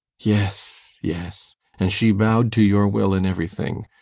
yes, yes and she bowed to your will in everything.